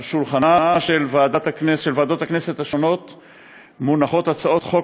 על שולחנן של ועדות הכנסת מונחות הצעות חוק